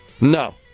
no